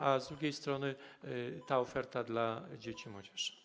A z drugiej strony - ta oferta dla dzieci i młodzieży.